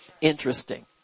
interesting